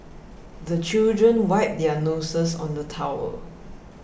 the children wipe their noses on the towel